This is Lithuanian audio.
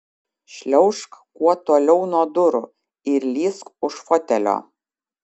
šliaužk kuo toliau nuo durų ir lįsk už fotelio